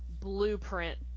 blueprint